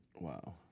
Wow